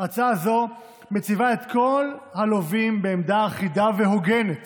הצעה זו מציבה את כל הלווים בעמדה אחידה והוגנת